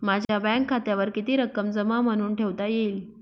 माझ्या बँक खात्यावर किती रक्कम जमा म्हणून ठेवता येईल?